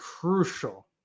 crucial